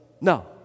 no